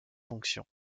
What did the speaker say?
fonctions